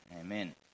Amen